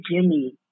Jimmy